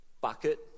bucket